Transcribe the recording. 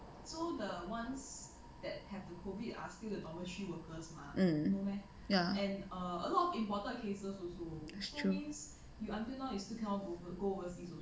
um ya